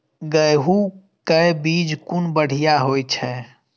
गैहू कै बीज कुन बढ़िया होय छै?